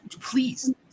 please